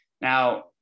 Now